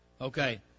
Okay